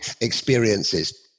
experiences